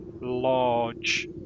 large